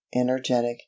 energetic